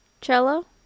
cello